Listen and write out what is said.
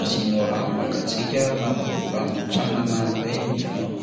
asianao rano mangatsiaka anaboro- anontsanana an'ilay nifinao.